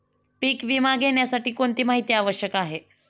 पीक विमा घेण्यासाठी कोणती माहिती आवश्यक आहे?